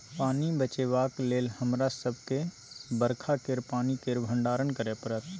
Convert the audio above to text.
पानि बचेबाक लेल हमरा सबके बरखा केर पानि केर भंडारण करय परत